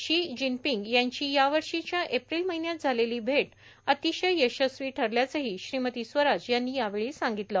शी Jinping यांची यावर्षीच्या April महिन्यात झालेली भेट अतिशय यशस्वी ठरल्याचंही श्रीमती स्वराज यांनी यावेळी सांगितलं